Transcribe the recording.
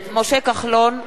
(קוראת בשמות חברי הכנסת) משה כחלון, נגד.